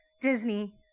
Disney